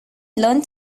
learn